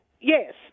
Yes